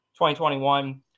2021